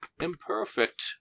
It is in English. imperfect